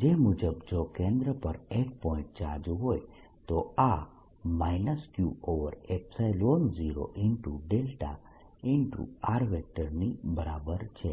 જે મુજબ જો કેન્દ્ર પર એક પોઇન્ટ ચાર્જ હોય તો આ Q0δ ની બરાબર છે